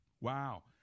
Wow